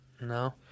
No